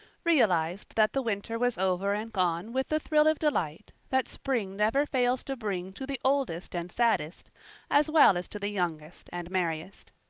realized that the winter was over and gone with the thrill of delight that spring never fails to bring to the oldest and saddest as well as to the youngest and merriest.